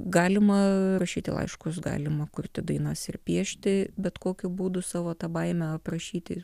galima rašyti laiškus galima kurti dainas ir piešti bet kokiu būdu savo tą baimę aprašyti